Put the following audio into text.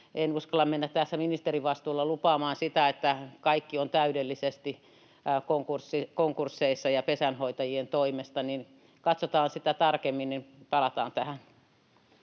en uskalla mennä tässä ministerivastuulla lupaamaan sitä, että kaikki on täydellisesti konkursseissa ja pesänhoitajien toimesta, niin katsotaan sitä tarkemmin ja palataan tähän.